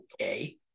okay